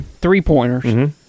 three-pointers